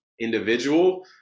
individual